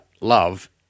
love